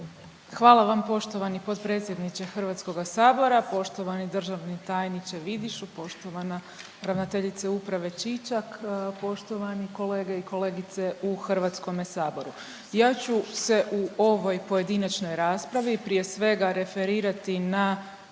Hvala vam poštovani potpredsjedniče Hrvatskoga sabora, poštovani državni tajniče Vidišu, poštovana ravnateljica uprave Čičak, poštovani kolege i kolegice u Hrvatskome saboru. Ja ću se u ovoj pojedinačnoj raspravi, prije svega referirati na